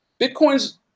Bitcoin's